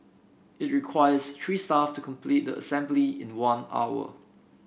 it requires three staff to complete the assembly in one hour